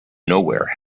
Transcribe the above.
nowhere